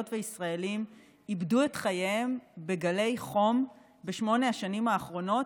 וישראלים איבדו את חייהם בגלי חום בשמונה השנים האחרונות,